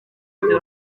akunda